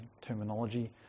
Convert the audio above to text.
terminology